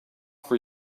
for